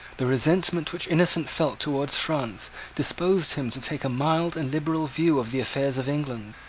the resentment which innocent felt towards france disposed him to take a mild and liberal view of the affairs of england.